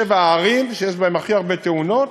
הערים שיש בהן הכי הרבה תאונות,